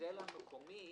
המודל המקומי